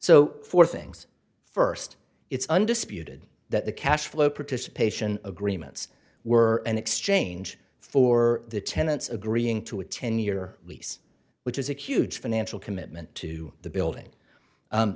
so four things first it's undisputed that the cash flow participation agreements were an exchange for the tenants agreeing to a ten year lease which is a huge financial commitment to the building